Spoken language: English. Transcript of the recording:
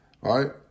right